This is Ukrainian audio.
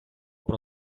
про